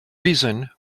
reason